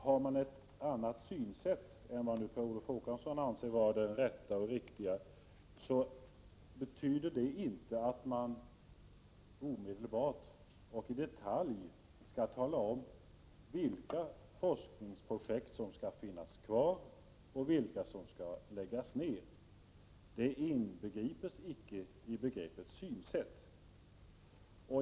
Har man ett annat synsätt än det som Per Olof Håkansson anser vara det riktiga, betyder det inte att man omedelbart och i detalj skall tala om vilka forskningsprojekt som skall finnas kvar och vilka som skall läggas ner. Det inbegrips icke i begreppet synsätt.